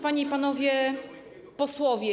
Panie i Panowie Posłowie!